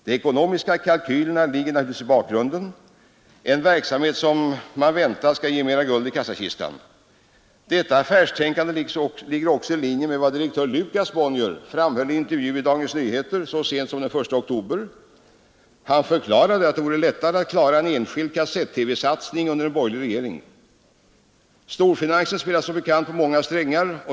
De ekonomiska kalkylerna ligger naturligtvis i bakgrunden — en verksamhet som man väntar skall ge mer guld i kassakistan. Detta affärstänkande ligger också i linje med vad direktör Lukas Bonnier framhöll i en intervju i Dagens Nyheter den 1 oktober. Han förklarade att det vore lättare att klara en enskild kassett-TV-satsning under en borgerlig regering. Storfinansen spelar som bekant på många strängar.